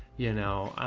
you know,